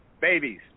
babies